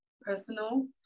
personal